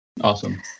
Awesome